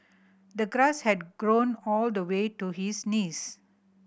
the grass had grown all the way to his knees